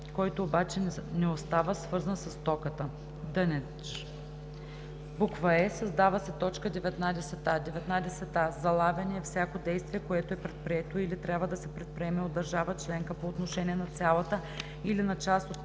който обаче не остава свързан със стоката (дънедж).“; е) създава се т. 19а: „19а. „Залавяне“ е всяко действие, което е предприето или трябва да се предприеме от държава членка по отношение на цялата или на част от